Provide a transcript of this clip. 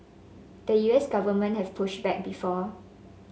the U S government has pushed back before